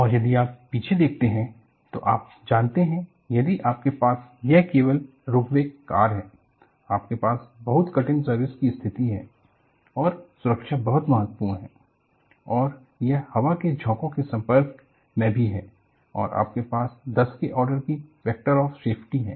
और यदि आप पीछे देखते हैं तो आप जानते हैं यदि आपके पास यह केवल रोपवे कार है आपके पास बहुत कठिन सर्विस की स्थिति है और सुरक्षा बहुत महत्वपूर्ण है और यह हवा के झोंकों के संपर्क में भी है और आपके पास 10 के ऑर्डर की फैक्टर ऑफ सेफ्टी है